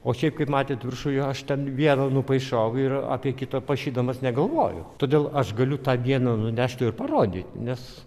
o šiaip kaip matėt viršuje aš ten vieną nupaišau ir apie kitą pašydamas negalvoju todėl aš galiu tą dieną nunešti ir parodyti nes